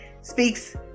speaks